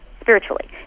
spiritually